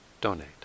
donate